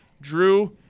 drew